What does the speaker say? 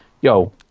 Yo